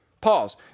pause